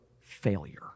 failure